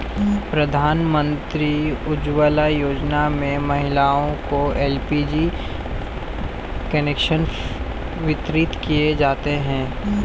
प्रधानमंत्री उज्ज्वला योजना में महिलाओं को एल.पी.जी कनेक्शन वितरित किये जाते है